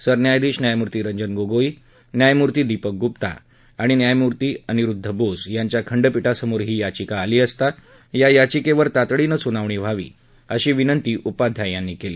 सरन्यायाधीश न्यायमूर्ती रंजन गोगोई न्यायमूर्ती दीपक गुप्ता आणि न्यायमूर्ती अनिरुद्ध बोस यांच्या खंडपीठासमोर ही याचिका आली असता या याचिकेवर तातडीनं सुनावणी व्हावी अशी विनंती उपाध्याय यांनी केली